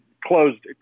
closed